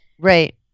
right